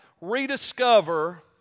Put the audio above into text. Rediscover